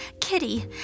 Kitty